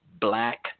black